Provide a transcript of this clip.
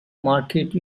marquette